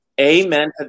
Amen